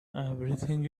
everything